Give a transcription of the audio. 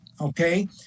Okay